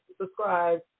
Subscribe